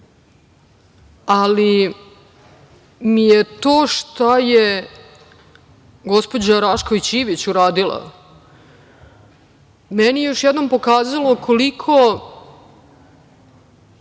može. Ali, to šta je gospođa Rašković Ivić uradila, meni je još jednom pokazalo koliko